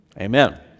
Amen